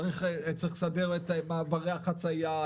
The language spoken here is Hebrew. צריך לסדר את מעברי החציה,